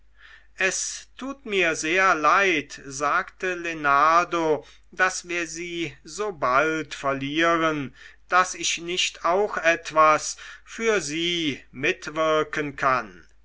es tut mir sehr leid sagte lenardo daß wir sie so bald verlieren daß ich nicht auch etwas für sie mitwirken kann